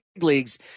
leagues